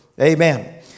Amen